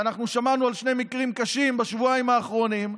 ואנחנו שמענו על שני מקרים קשים בשבועיים האחרונים.